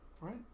Right